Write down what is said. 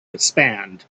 expand